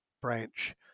branch